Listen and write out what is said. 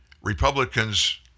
Republicans